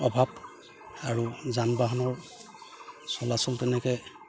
অভাৱ আৰু যান বাহনৰ চলাচল তেনেকে